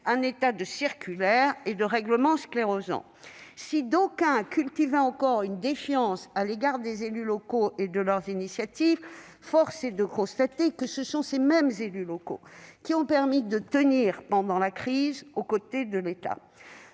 un État de circulaires et de règlements sclérosants. Si d'aucuns cultivent encore une défiance à l'égard des élus locaux et de leurs initiatives, force est de constater que ce sont ces élus locaux qui ont permis de tenir pendant la crise aux côtés de l'État.